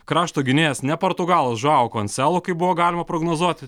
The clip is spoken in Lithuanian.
krašto gynėjas ne portugalas žuao konsalo kaip buvo galima prognozuoti